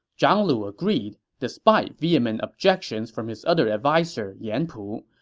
zhang lu agreed, despite vehement objections from his other adviser, yan pu.